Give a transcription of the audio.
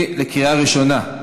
בקריאה ראשונה.